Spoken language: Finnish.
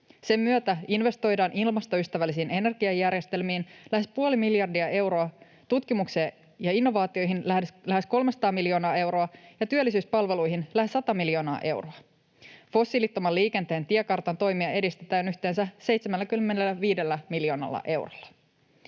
Sen myötä investoidaan ilmastoystävällisiin energiajärjestelmiin lähes puoli miljardia euroa, tutkimukseen ja innovaatioihin lähes 300 miljoonaa euroa ja työllisyyspalveluihin lähes 100 miljoonaa euroa. Fossiilittoman liikenteen tiekartan toimia edistetään yhteensä 75 miljoonalla eurolla.